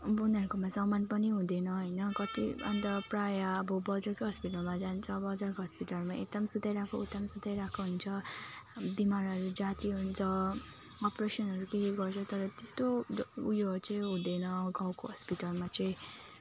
अब उनीहरूकोमा सामान पनि हुँदैन होइन कति अन्त प्रायः अब बजारकै हस्पिटलमा जान्छ अब बजारको हस्पिटलमा यता पनि सुताइराखेको उता पनि सुताइराखेको हुन्छ अब बिमारहरू जाती हुन्छ अपरेसनहरू केही गर्छ तर त्यस्तो ड उयोहरू चाहिँ हुँदैन अब गाउँको हस्पिटलमा चाहिँ